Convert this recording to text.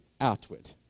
outward